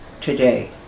today